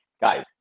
guys